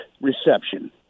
reception